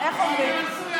איך אומרים?